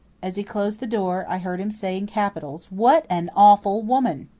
as he closed the door, i heard him say, in capitals, what an awful woman!